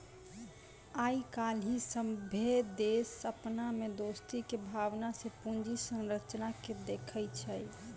आइ काल्हि सभ्भे देश अपना मे दोस्ती के भावना से पूंजी संरचना के देखै छै